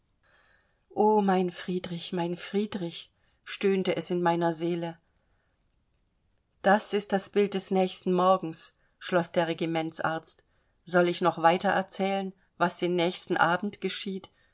o mein friedrich mein friedrich stöhnte es in meiner seele das ist das bild des nächsten morgens schloß der regimentsarzt soll ich noch weiter erzählen was den nächsten abend geschieht